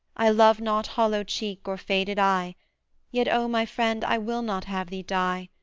i love not hollow cheek or faded eye yet, o my friend, i will not have thee die!